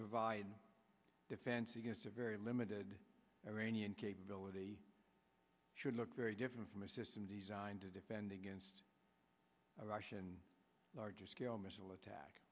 provide a defense against a very limited iranian capability should look very different from a system designed to defend against a russian largescale missile attack